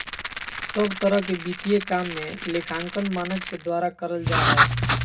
सब तरह के वित्तीय काम के लेखांकन मानक के द्वारा करल जा हय